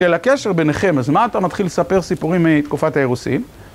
לקשר ביניכם, אז מה אתה מתחיל לספר סיפורים מתקופת האירוסים?